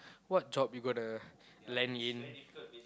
what job you gonna land in